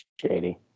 shady